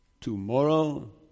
Tomorrow